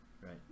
Right